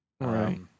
Right